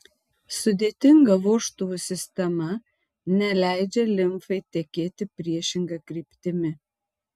sudėtinga vožtuvų sistema neleidžia limfai tekėti priešinga kryptimi